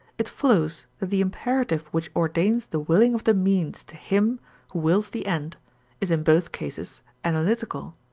it follows that the imperative which ordains the willing of the means to him who wills the end is in both cases analytical.